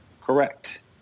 Correct